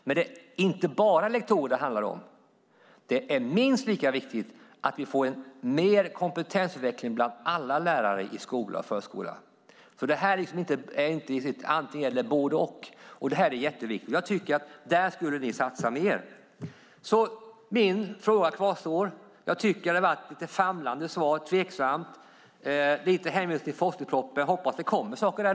Men det är inte bara lektorer det handlar om, utan det är minst lika viktigt att vi får mer kompetensutveckling bland alla lärare i skola och förskola, för det här är inte antingen eller. Det är både och. Jag tycker att ni skulle satsa mer på det. Min fråga kvarstår, för jag tycker att det har varit lite famlande och tveksamma svar. Det hänvisas till forskningspropositionen, och då får jag hoppas att det kommer saker i den.